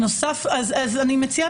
אני מציעה,